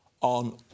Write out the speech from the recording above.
on